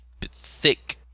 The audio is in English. thick